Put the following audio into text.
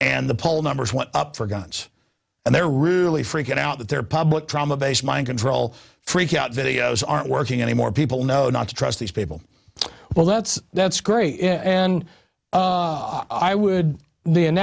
and the poll numbers went up for guns and they're really freaking out that their public trauma based mind control freak out videos aren't working anymore people know not to trust these people well that's that's great and i would the an